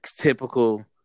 typical